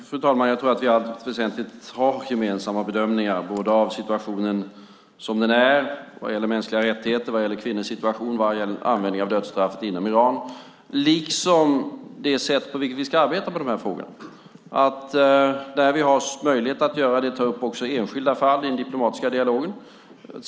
Fru talman! Jag tror att vi i allt väsentligt har gemensamma bedömningar både av situationen som den är vad gäller mänskliga rättigheter, vad gäller kvinnors situation och vad gäller användningen av dödsstraffet inom Iran, liksom det sätt på vilket vi ska arbeta med de här frågorna. Där vi har möjlighet att göra det ska vi också ta upp enskilda fall i den diplomatiska dialogen.